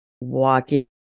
walking